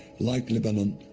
like lebanon,